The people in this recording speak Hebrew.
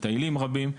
מטיילים רבים,